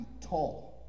tall